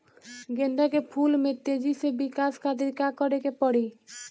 गेंदा के फूल में तेजी से विकास खातिर का करे के पड़ी?